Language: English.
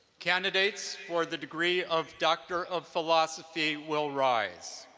candidates for the degree of doctor of philosophy will rise.